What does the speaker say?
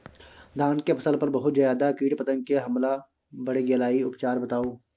धान के फसल पर बहुत ज्यादा कीट पतंग के हमला बईढ़ गेलईय उपचार बताउ?